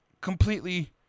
completely